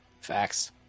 Facts